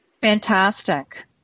fantastic